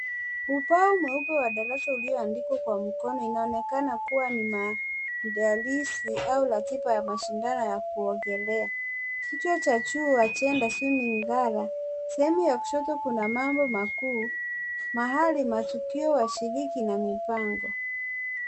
Ubao mweupe wa darasa ulioandikwa kwa mkono inaonekana kuwa ni maandalizi ya mashindano ya kuogelea. Kichwa cha tendon swimming gala. Sehemu ya kushoto kuna mambo makuu mahali matukio mashiriki na mipango.